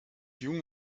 junge